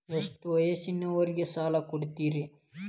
ಎಷ್ಟ ವಯಸ್ಸಿನವರಿಗೆ ಸಾಲ ಕೊಡ್ತಿರಿ?